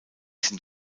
sind